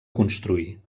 construí